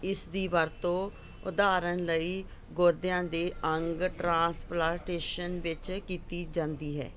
ਇਸਦੀ ਵਰਤੋਂ ਉਦਾਹਰਣ ਲਈ ਗੁਰਦਿਆਂ ਦੇ ਅੰਗ ਟ੍ਰਾਂਸਪਲਾਂਟੇਸ਼ਨ ਵਿੱਚ ਕੀਤੀ ਜਾਂਦੀ ਹੈ